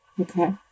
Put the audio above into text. Okay